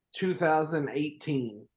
2018